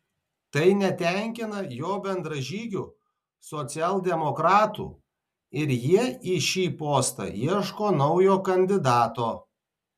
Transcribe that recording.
tai netenkina jo bendražygių socialdemokratų ir jie į šį postą ieško naujo kandidato